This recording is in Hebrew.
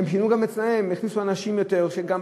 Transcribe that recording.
הם שינו גם אצלם: הם הכניסו אנשים שיותר,